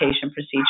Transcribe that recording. procedures